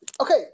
Okay